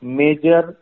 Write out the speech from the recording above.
major